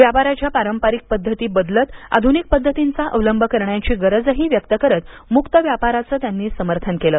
व्यापाराच्या पारंपरिक पध्दती बदलत आधुनिक पद्धतींचा अवलंब करण्याची गरजही व्यक्त करत मुक्त व्यापाराचं त्यानी समर्थन केलं